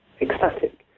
ecstatic